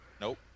Nope